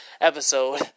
Episode